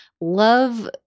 Love